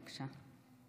בבקשה.